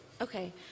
Okay